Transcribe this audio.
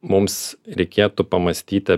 mums reikėtų pamąstyti